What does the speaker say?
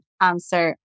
answer